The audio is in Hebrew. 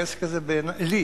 כי העסק הזה לי,